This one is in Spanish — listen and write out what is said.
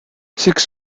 six